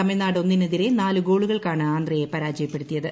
തമിഴ്നാട് ഒന്നിനെതിരെ നാല് ഗോളുകൾക്കാണ് ആന്ധ്രയെ പരാജയപ്പെടുത്തിയത്